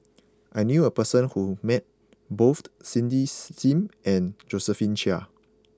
I knew a person who met bothed Cindy Sim and Josephine Chia